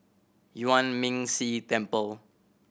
Yuan Ming Si Temple